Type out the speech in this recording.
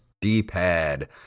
D-pad